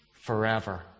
forever